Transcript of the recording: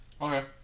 Okay